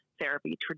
therapy